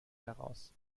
heraus